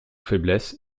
faiblesses